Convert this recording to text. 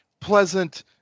pleasant